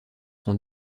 sont